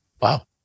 Wow